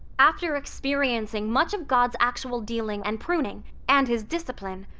after experiencing much of god's actual dealing and pruning and his discipline,